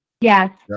Yes